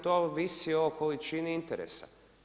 To ovisi o količini interesa.